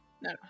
No